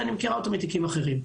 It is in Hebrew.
אבל אני מכירה אותו מתיקים אחרים.